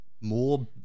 more